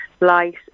light